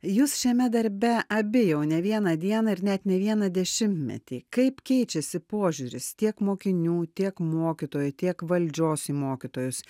jūs šiame darbe abi jau ne vieną dieną ir net ne vieną dešimtmetį kaip keičiasi požiūris tiek mokinių tiek mokytojų tiek valdžios į mokytojus